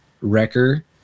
wrecker